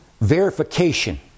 verification